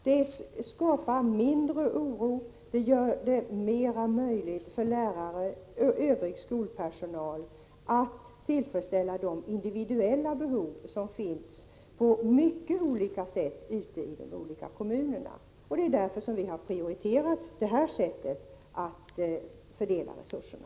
De skapar mindre oro och gör det mera möjligt för lärare och övrig skolpersonal att tillfredsställa de individuella behov som är mycket olika ute i de olika kommunerna. Det är därför vi har prioriterat det här sättet att fördela resurserna.